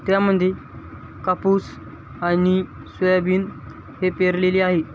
त्यामध्ये कापूस आणि सोयाबीन हे पेरलेले आहे